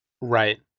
Right